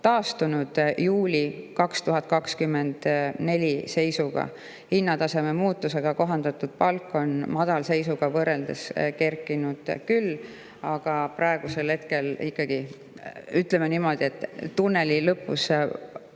aasta juuli seisuga. Hinnataseme muutusega kohandatud palk on madalseisuga võrreldes kerkinud küll. Aga praegusel hetkel ikkagi ütleme niimoodi, et tunneli lõpus